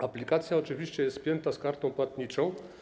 Aplikacja oczywiście jest spięta z kartą płatniczą.